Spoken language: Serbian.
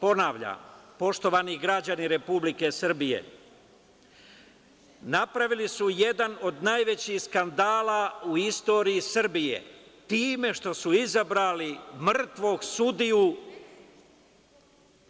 Ponavljam, poštovani građani Republike Srbije, napravili su jedan od najvećih skandala u istoriji Srbije time što su izabrali mrtvog sudiju